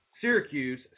Syracuse